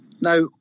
Now